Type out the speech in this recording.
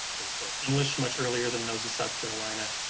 they spoke english much earlier than those in south carolina,